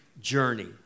journey